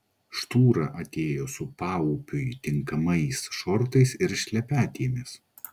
štūra atėjo su paupiui tinkamais šortais ir šlepetėmis